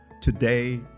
today